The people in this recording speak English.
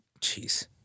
jeez